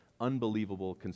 unbelievable